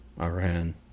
Iran